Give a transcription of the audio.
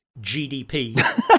GDP